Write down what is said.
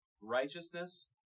Righteousness